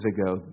ago